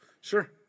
Sure